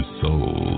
soul